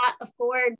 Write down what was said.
afford